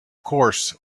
course